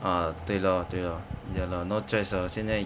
ah 对 lor 对 lor ya lor no choice lor 现在